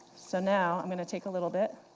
so now i'm going to take a little bit,